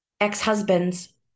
ex-husbands